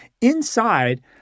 inside